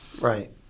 right